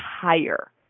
higher